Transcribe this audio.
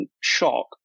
shock